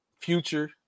future